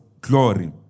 glory